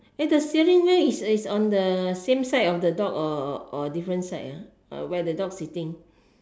eh the ceiling leh is on the same side of the dog or or different side ah where the dog sitting